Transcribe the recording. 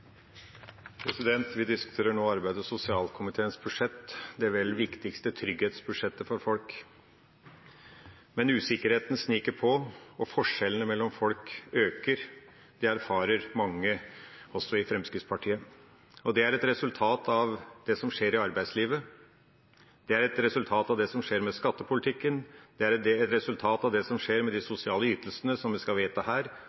viktigste trygghetsbudsjettet for folk. Men usikkerheten sniker seg innpå, og forskjellene mellom folk øker. Det erfarer mange, også i Fremskrittspartiet. Det er et resultat av det som skjer i arbeidslivet. Det er et resultat av det som skjer med skattepolitikken. Det er et resultat av det som skjer med de sosiale ytelsene som vi skal vedta her,